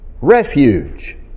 refuge